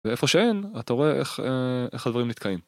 ואיפה שאין אתה רואה איך הדברים נתקעים.